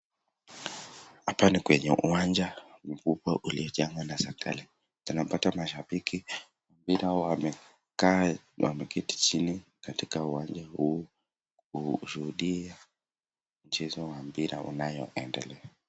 Hapa ni kwenye uwanja mkubwa uliojengwa na serikali. Tunapata mashabiki wa mpira wamekaa wameketi chini katika uwanja huu kushuhudia mchezo wa mpira unayoendelea.